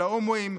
של ההומואים,